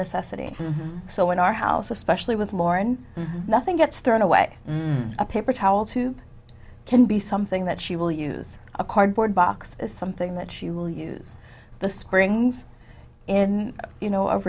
necessity so in our house especially with more and nothing gets thrown away a paper towel tube can be something that she will use a cardboard box is something that she will use the springs in you know of